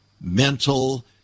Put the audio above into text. mental